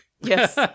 Yes